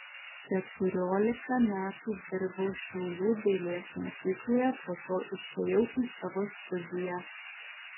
keturiolika metų dirbau šiaulių dailės mokykloje po to išėjau į savo studiją